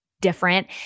different